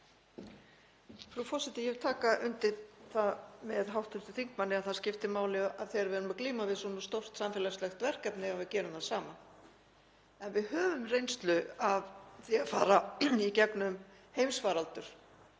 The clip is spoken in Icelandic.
Frú forseti. Ég vil taka undir það með hv. þingmanni að það skiptir máli þegar við erum að glíma við svona stórt samfélagslegt verkefni að við gerum það saman. En við höfum reynslu af því að fara í gegnum heimsfaraldur